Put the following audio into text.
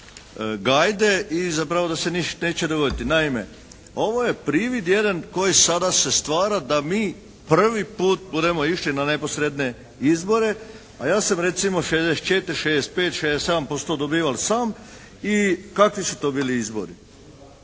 gajde, i zapravo da se ništa neće dogoditi. Naime ovo je privid jedan koji sada se stvara da mi prvi puta budemo išli na neposredne izbore, a ja sam recimo 64, 65, 67% dobival sam i kakvi su to bili izbori